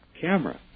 camera